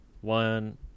one